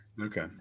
Okay